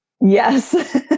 Yes